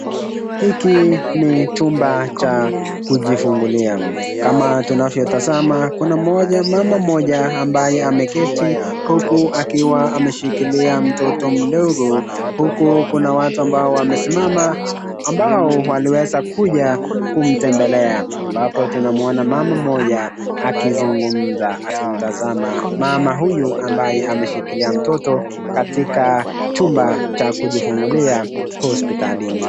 Hiki ni chumba cha kujifungulia kama tunavyotazama, kuna mama mmoja ambaye ameketi huku akiwa ameshikilia mtoto mdogo. Huku kuna watu ambao wamesimama ambao waliweza kuja kumtembelea ambapo tunaona mama mmoja akizungumza akimtazama mama huyu, ambaye amaeshikilia mtoto katika chumba cha kujifungulia hospitalini.